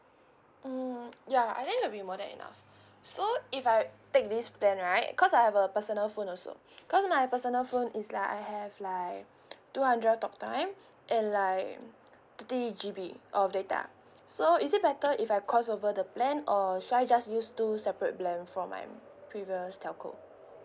mm ya I think will be more than enough so if I take this plan right cause I have a personal phone also cause my personal phone is like I have like two hundred talk time and like thirty G_B of data so is it better if I cross over the plan or should I just use two separate plan for my previous telco